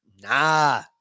nah